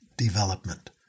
development